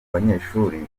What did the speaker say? banyeshuri